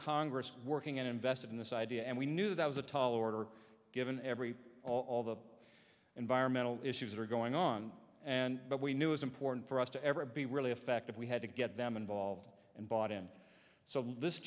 congress working and invested in this idea and we knew that was a tall order given every all the environmental issues that are going on and but we knew was important for us to ever be really effective we had to get them involved and bought and so this